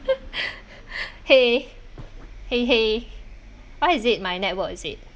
!hey! !hey! !hey! why is it my network is it